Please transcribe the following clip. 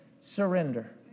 surrender